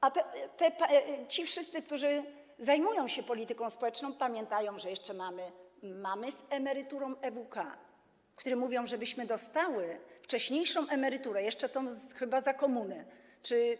A ci wszyscy, którzy zajmują się polityką społeczną, pamiętają, że jeszcze są mamy z emeryturą EWK, które mówią: Abyśmy dostały wcześniejszą emeryturę - jeszcze tę za komuny chyba.